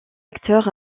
acteur